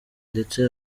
ndetse